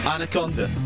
Anaconda